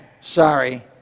Sorry